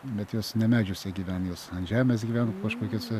bet jos ne medžiuose gyvena jos ant žemės gyvena kažkokiuose